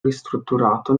ristrutturato